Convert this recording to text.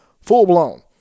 Full-blown